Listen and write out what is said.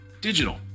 digital